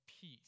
peace